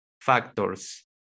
factors